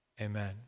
Amen